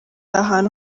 ahantu